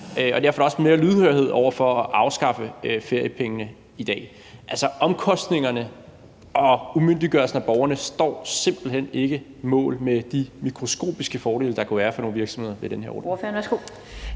derfor er der i dag også mere lydhørhed over for at afskaffe feriepengene. Altså, omkostningerne og umyndiggørelsen af borgerne står simpelt hen ikke mål med de mikroskopiske fordele, der kunne være for nogle virksomheder ved den her ordning.